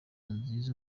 nziza